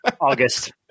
August